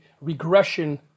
regression